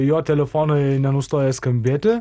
jo telefonai nenustoja skambėti